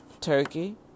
Turkey